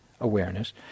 awareness